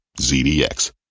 ZDX